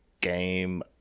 Game